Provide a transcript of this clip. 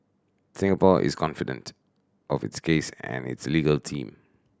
Singapore is confident of its case and its legal team